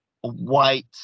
white